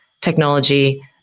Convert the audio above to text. technology